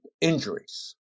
injuries